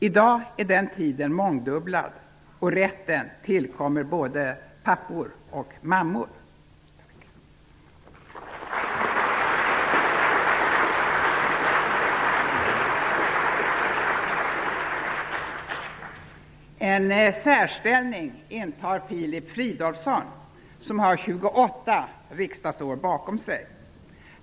I dag är den tiden mångdubblad, och rätten tillkommer både pappor och mammor. En särställning intar Filip Fridolfsson, som har 28 riksdagsår bakom sig.